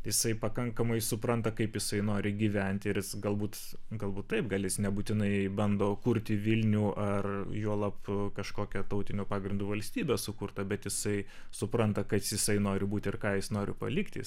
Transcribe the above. jisai pakankamai supranta kaip jisai nori gyventi ir jis galbūt galbūt taip gal jis nebūtinai bando kurti vilnių ar juolab kažkokią tautiniu pagrindu valstybę sukurtą bet jisai supranta kad jisai nori būti ir ką jis nori palikti